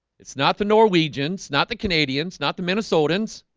it's not the norwegians. not the canadians. not the minnesotans,